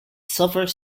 silver